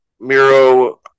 Miro